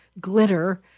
glitter